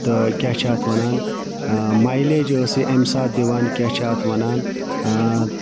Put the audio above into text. تہٕ کیٛاہ چھِ اَتھ وَنان مایلیج ٲس یہِ اَمہِ ساتہٕ دِوان کیٛاہ چھِ اَتھ وَنان